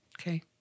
okay